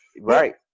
right